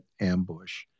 ambush